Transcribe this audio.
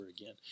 again